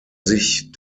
sich